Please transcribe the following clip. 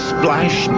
Splash